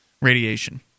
radiation